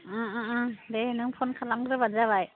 दे नों फ'न खालामग्रोबानो जाबाय